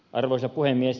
arvoisa puhemies